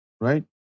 right